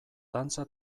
dantza